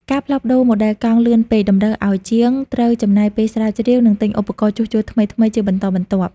ការផ្លាស់ប្តូរម៉ូដែលកង់លឿនពេក តម្រូវឱ្យជាងត្រូវចំណាយពេលស្រាវជ្រាវ និងទិញឧបករណ៍ជួសជុលថ្មីៗជាបន្តបន្ទាប់។